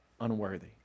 unworthy